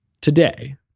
today